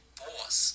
boss